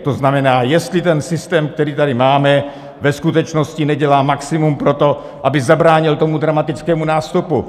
To znamená, jestli ten systém, který tady máme, ve skutečnosti nedělá maximum pro to, aby zabránil tomu dramatickému nástupu.